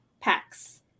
packs